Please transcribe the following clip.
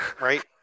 right